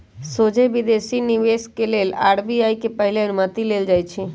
सोझे विदेशी निवेश के लेल आर.बी.आई से पहिले अनुमति लेल जाइ छइ